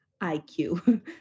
IQ